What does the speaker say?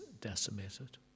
decimated